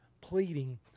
pleading